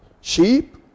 sheep